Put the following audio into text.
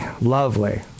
lovely